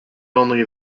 only